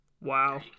wow